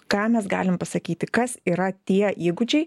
ką mes galim pasakyti kas yra tie įgūdžiai